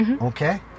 Okay